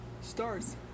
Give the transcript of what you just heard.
Stars